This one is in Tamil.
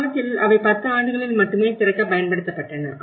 ஒரு காலத்தில் அவை 10 ஆண்டுகளில் மட்டுமே திறக்கப் பயன்படுத்தப்பட்டன